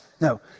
No